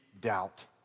doubt